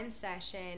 session